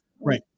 right